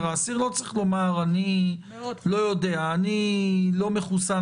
חשש ממשי שעצור מחוסן או אסיר מחוסן